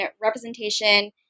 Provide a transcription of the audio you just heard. representation